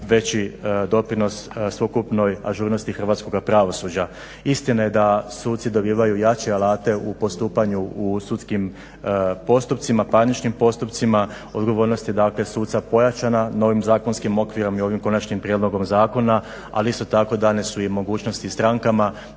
veći doprinos sveukupnoj ažurnosti Hrvatskoga Pravosuđa. Istina je da suci dobivaju jače alate u postupanju u sudskim postupcima, parničnim postupcima, odgovornosti dakle suca pojačana novim zakonskim okvirom i ovim konačnim prijedlogom zakona ali isto tako dane su i mogućnosti strankama